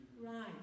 Right